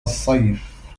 الصيف